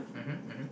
mmhmm mmhmm